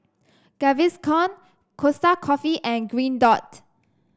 Gaviscon Costa Coffee and Green Dot